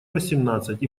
восемнадцать